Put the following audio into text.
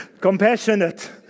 compassionate